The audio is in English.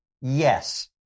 yes